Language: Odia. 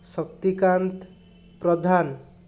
ଶକ୍ତିକାନ୍ତ ପ୍ରଧାନ